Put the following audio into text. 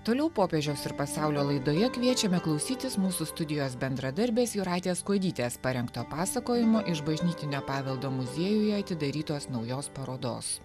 toliau popiežiaus ir pasaulio laidoje kviečiame klausytis mūsų studijos bendradarbės jūratės kuodytės parengto pasakojimo iš bažnytinio paveldo muziejuje atidarytos naujos parodos